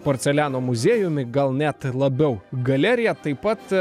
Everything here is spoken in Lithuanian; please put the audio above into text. porceliano muziejumi gal net labiau galerija taip pat